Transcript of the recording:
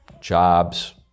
jobs